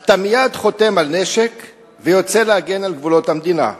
אתה מייד חותם על נשק ויוצא להגן על גבולות המדינה.